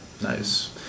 Nice